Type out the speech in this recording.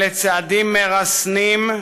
אלה צעדים מרסנים,